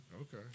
Okay